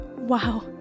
Wow